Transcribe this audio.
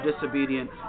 disobedient